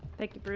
thank you.